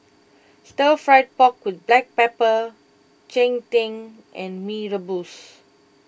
Stir Fried Pork with Black Pepper Cheng Tng and Mee Rebus